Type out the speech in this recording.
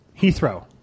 Heathrow